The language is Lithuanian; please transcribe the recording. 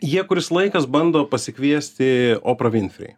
jie kuris laikas bando pasikviesti oprą vinfri